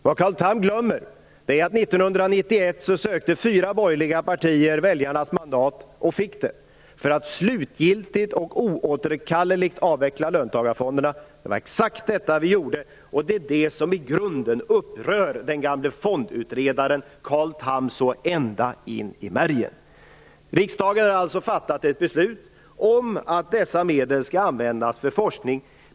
Carl Tham glömmer att fyra borgerliga partier 1991 sökte väljarnas mandat, och fick det, för att slutgiltigt och oåterkalleligt avveckla löntagarfonderna. Det var exakt detta vi gjorde, och det är det som i grunden upprör den gamle fondutredaren Carl Tham så ända in i märgen. Riksdagen har alltså fattat ett beslut om att dessa medel skall användas till forskning.